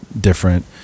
different